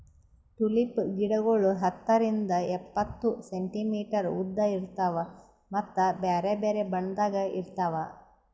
tulip ಗಿಡಗೊಳ್ ಹತ್ತರಿಂದ್ ಎಪ್ಪತ್ತು ಸೆಂಟಿಮೀಟರ್ ಉದ್ದ ಇರ್ತಾವ್ ಮತ್ತ ಬ್ಯಾರೆ ಬ್ಯಾರೆ ಬಣ್ಣದಾಗ್ ಇರ್ತಾವ್